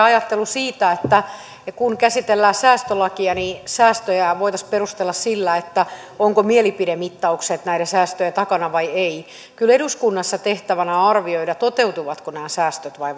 ajattelu siitä että kun käsitellään säästölakia niin säästöjä voitaisiin perustella sillä ovatko mielipidemittaukset näiden säästöjen takana vai eivät kyllä eduskunnassa tehtävänä on arvioida toteutuvatko nämä säästöt